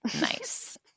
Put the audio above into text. nice